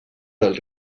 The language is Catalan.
del